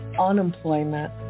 unemployment